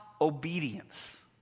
obedience